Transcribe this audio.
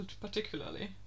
particularly